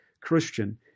Christian